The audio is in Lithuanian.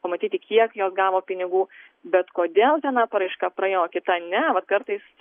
pamatyti kiek jos gavo pinigų bet kodėl viena paraiška praėjo o kita ne vat kartais